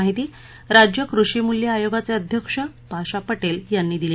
माहिती राज्य कृषीमुल्य आयोगाचे अध्यक्ष पाशा पटेल यांनी दिली